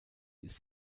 ist